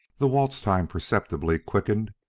the waltz-time perceptibly quickened,